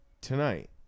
tonight